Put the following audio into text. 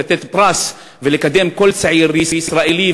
ולתת פרס ולקדם כל צעיר ישראלי,